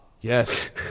yes